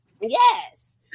Yes